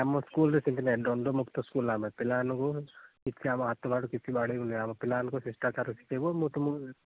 ନାଇ ଆମ ସ୍କୁଲ୍ ରେ ସେମିତି ନାଇ ଦଣ୍ଡମୁକ୍ତ ସ୍କୁଲ୍ ଆମର ପିଲାମାନଙ୍କୁ କିଛି ଆମ ହାତଫାତ କିଛି ବାଡ଼େଇବୁନି ଆମ ପିଲାମାନଙ୍କୁ ଶିଷ୍ଟାଚାର ଶିଖେଇବୁ ମୁଁ ତୁମକୁ